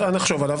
חשובה.